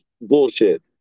bullshit